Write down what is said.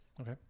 Okay